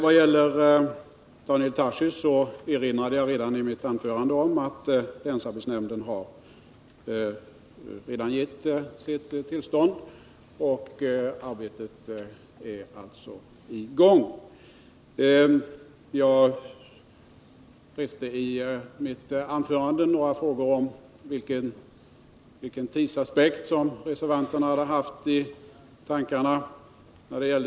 Jag påpekade redan i mitt huvudanförande, Daniel Tarschys, att länsarbetsnämnden redan har givit sitt tillstånd. Arbetet är alltså i gång. Jag ställde i mitt anförande några frågor om vilken tidsaspekt för uppskovet som reservanterna hade i tankarna.